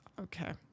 okay